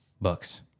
books